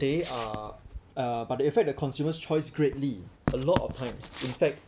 they are uh but they affect the consumers' choice greatly a lot of times in fact